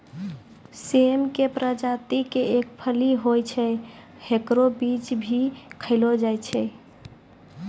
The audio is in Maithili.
सेम के प्रजाति के एक फली होय छै, हेकरो बीज भी खैलो जाय छै